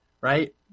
right